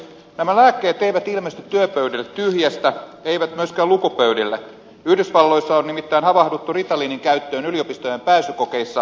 nämä lääkkeet eivät ilmesty työpöydille tyhjästä eivät myöskään lukupöydille yhdysvalloissa on nimittäin havahduttu ritalinin käyttöön yliopistojen pääsykokeissa ja tenteissä